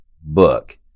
book